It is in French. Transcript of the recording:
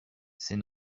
c’est